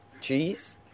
cheese